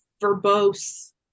verbose